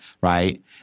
right